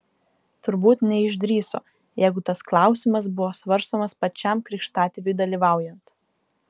turbūt neišdrįso jeigu tas klausimas buvo svarstomas pačiam krikštatėviui dalyvaujant